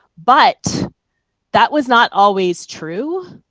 but that was not always true.